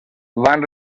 van